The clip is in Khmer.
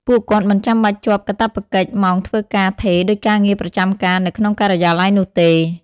ពួកគាត់មិនចាំបាច់ជាប់កាតព្វកិច្ចម៉ោងធ្វើការថេរដូចការងារប្រចាំការនៅក្នុងការិយាល័យនោះទេ។